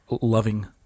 loving